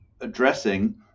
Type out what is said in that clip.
addressing